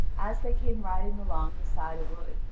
as they came riding along beside a wood,